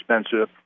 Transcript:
expensive